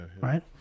Right